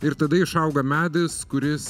ir tada išauga medis kuris